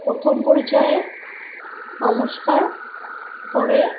প্রথম পরিচয়ে নমস্কার করে